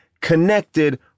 connected